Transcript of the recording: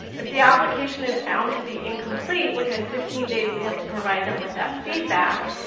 if the application is found to be incomplete within fifteen days we have to provide them with that feedback.